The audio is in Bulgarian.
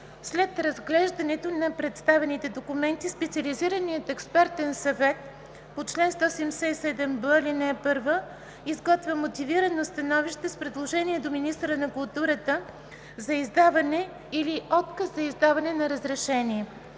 След разглеждането на представените документи Специализираният експертен съвет по чл. 177б, ал. 1 изготвя мотивирано становище с предложение до министъра на културата за издаване или отказ за издаване на разрешение.